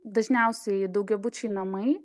dažniausiai daugiabučiai namai